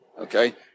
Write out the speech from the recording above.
okay